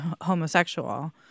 homosexual